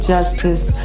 Justice